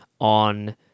on